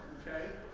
okay?